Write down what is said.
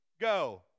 go